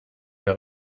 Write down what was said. mehr